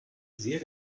sehr